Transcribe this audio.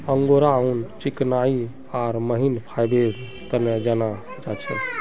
angora ऊन चिकनाई आर महीन फाइबरेर तने जाना जा छे